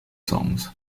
songs